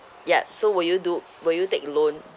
yup so will you do will you take loan